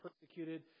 persecuted